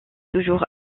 toujours